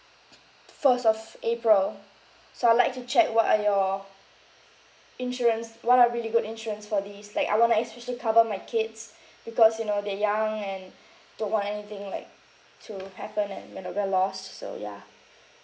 first of april so I'd like to check what are your insurance what are really good insurance for this like I want to especially cover my kids because you know they're young and don't want anything like to happen and we're a bit lost so yeah